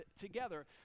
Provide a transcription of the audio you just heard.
together